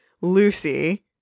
Lucy